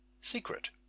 secret